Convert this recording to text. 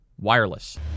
wireless